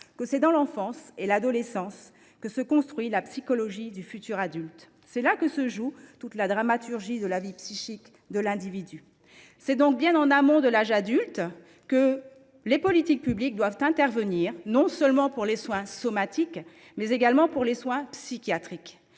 que c’est dans l’enfance et l’adolescence que se construit la psychologie du futur adulte. C’est là que se joue toute la dramaturgie de la vie psychique de l’individu. C’est donc bien en amont de l’âge adulte que les politiques publiques doivent intervenir, non seulement pour les soins somatiques, mais également pour les soins psychiatriques.